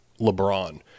LeBron